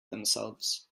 themselves